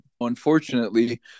unfortunately